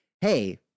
Hey